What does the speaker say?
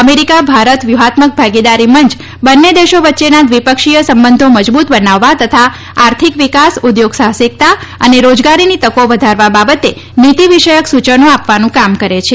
America Bharat વ્યુહાત્મક ભાગીદારી મંય બંને દેશો વચ્ચેના દ્વિપક્ષીય સંબંધો મજબુત બનાવવા તથા આર્થિક વિકાસ ઉદ્યોગ સાહસિકતા અને રોજગારીની તકી વધારવા બાબતે નીતી વિષયક સુયનો આપવાનું કામ કરે છે